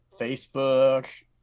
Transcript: Facebook